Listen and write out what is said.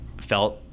felt